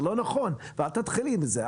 זה לא נכון, ואל תתחילי עם זה.